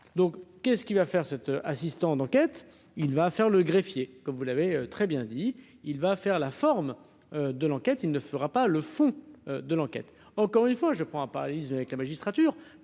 donc qu'est-ce qui va faire cet assistant d'enquête, il va faire le greffier, comme vous l'avez très bien dit, il va faire la forme de l'enquête, il ne fera pas le fond de l'enquête, encore une fois, je prends parallélisme avec la magistrature,